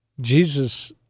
Jesus